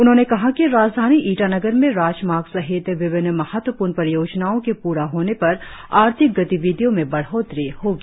उन्होंने कहा कि राजधानी ईटानगर में राजमार्ग सहित विभिन्न महत्वप्र्ण परियोजनाओं के पूरा होने पर आर्थिक गतिविधियों में बढ़ोत्तरी होगी